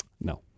No